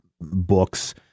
books